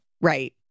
Right